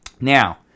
Now